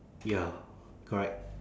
ya correct